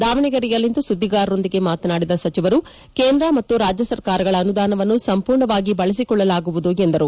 ದಾವಣಗೆರೆಯಲ್ಲಿಂದು ಸುದ್ದಿಗಾರರೊಂದಿಗೆ ಮಾತನಾಡಿದ ಸಚಿವರು ಕೇಂದ್ರ ಮತ್ತು ರಾಜ್ಯ ಸರ್ಕಾರಗಳ ಅನುದಾನವನ್ನು ಸಂಪೂರ್ಣವಾಗಿ ಬಳಸಿಕೊಳ್ಳಬಹುದು ಎಂದರು